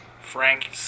Frank